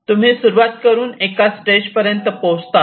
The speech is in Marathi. तुम्ही सुरुवात करून एका स्टेज पर्यंत पोहोचतात